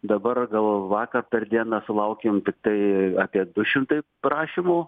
dabar gal vakar per dieną sulaukėm tiktai apie du šimtai prašymų